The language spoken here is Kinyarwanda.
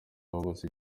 bose